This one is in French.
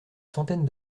centaine